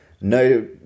No